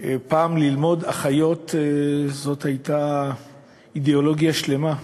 פעם ללמוד להיות אחות זה היה אידיאולוגיה שלמה,